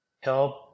help